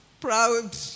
proud